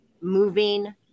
moving